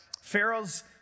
Pharaoh's